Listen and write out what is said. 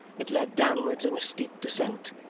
it led downwards in a steep descent,